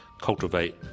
cultivate